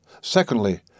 secondly